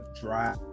dry